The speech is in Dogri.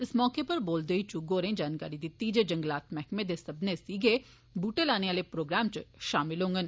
इस मौके उप्पर बोलदे होई चुग्ग होरें जानकारी दित्ती जे जंगलात मैह्कमे दे सब्बै सीगे बूह्टे लाने आले प्रोग्राम च षामल होंगन